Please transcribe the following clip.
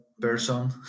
person